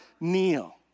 kneel